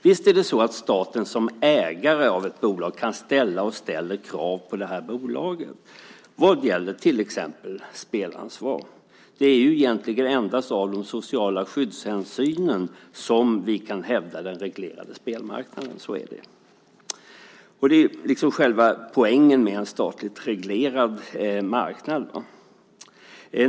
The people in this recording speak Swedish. Visst är det så att staten som ägare av ett bolag kan ställa, och ställer, krav på bolaget vad gäller till exempel spelansvar. Det är egentligen endast av sociala skyddshänsyn som vi kan hävda den reglerade spelmarknaden; så är det. Det är liksom själva poängen med en statligt reglerad marknad.